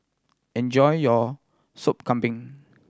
enjoy your Sop Kambing